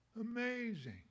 Amazing